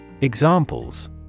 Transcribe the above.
Examples